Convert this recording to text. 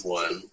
one